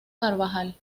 carvajal